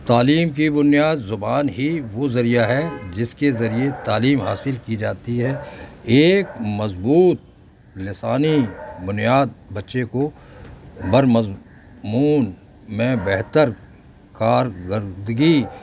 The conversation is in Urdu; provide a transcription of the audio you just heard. تعلیم کی بنیاد زبان ہی وہ ذریعہ ہے جس کے ذریعے تعلیم حاصل کی جاتی ہے ایک مضبوط لسانی بنیاد بچے کو بر مضمون میں بہتر کارگرردگی